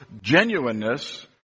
genuineness